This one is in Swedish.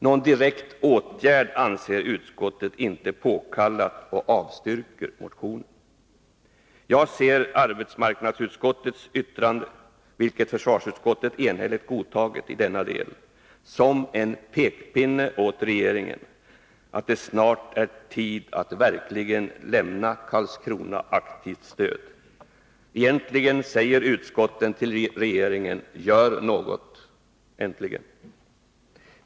Någon direkt åtgärd anser utskottet inte påkallad och avstyrker motionen. Jag ser arbetsmarknadsutskottets yttrande, vilket försvarsutskottet enhälligt godtagit i denna del, som en pekpinne åt regeringen att det snart är tid att verkligen lämna Karlskrona aktivt stöd. Egentligen säger utskotten till regeringen: Gör något äntligen!